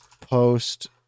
post